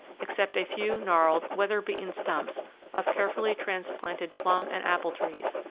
except a few gnarled, weather-beaten stumps of carefully transplanted plum and apple trees,